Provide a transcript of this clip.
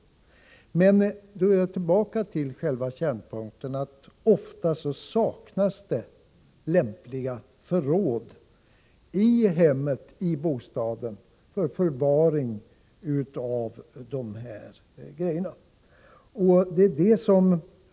Då är jag tillbaka till själva kärnpunkten: Ofta saknas det i hemmet, i bostaden, lämpliga förråd för förvaring av t.ex. grönsaker och rotfrukter.